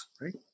right